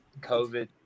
COVID